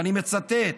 ואני מצטט: